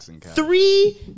Three